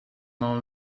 non